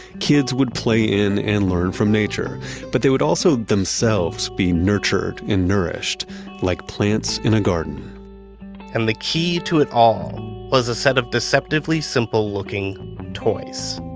kids would play in and learn from nature but they would also, themselves, be nurtured and nourished like plants in a garden and the key to it all was a set of deceptively simple-looking toys